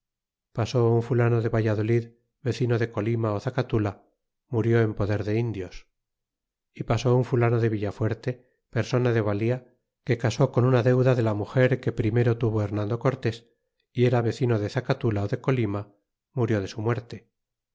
mi un fulano de valladolid vecino de colima ola murió en poder de indios e pasó un fulano de villafuerte persona de valía que casó con una deuda de la muger que primero tuvo hernando cortés y era vecino de zacatus la ó de colima murió de su muerte